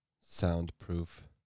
soundproof